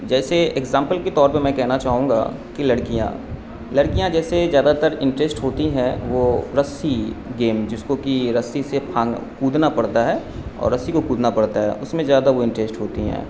جیسے ایگزامپل کے طور پہ میں کہنا چاہوں گا کہ لڑکیاں لڑکیاں جیسے زیادہ تر انٹریسٹ ہوتی ہیں وہ رسی گیم جس کو کہ رسی سے پھانگ کودنا پڑتا ہے اور رسی کو کودنا پڑتا ہے اس میں زیادہ وہ انٹریسٹ ہوتی ہیں